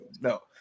no